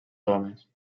homes